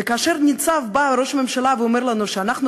וכאשר בא ראש הממשלה ואומר לנו שאנחנו